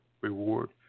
reward